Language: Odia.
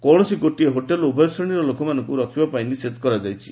କୌଣସି ଗୋଟିଏ ହୋଟେଲ୍ ଉଭୟ ଶ୍ରେଣୀର ଲୋକମାନଙ୍କୁ ରଖିବା ପାଇଁ ନିଷେଧ କରାଯାଇଛି